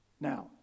now